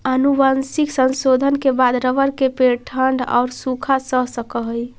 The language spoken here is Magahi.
आनुवंशिक संशोधन के बाद रबर के पेड़ ठण्ढ औउर सूखा सह सकऽ हई